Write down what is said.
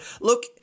Look